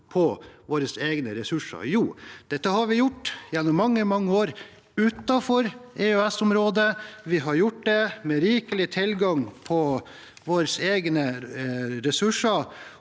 på våre egne ressurser? Jo, det har vi gjort gjennom mange, mange år utenfor EØS-området, vi har gjort det med rikelig tilgang på våre egne ressurser.